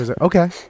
okay